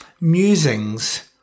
musings